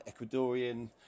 Ecuadorian